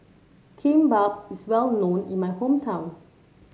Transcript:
Kimbap is well known in my hometown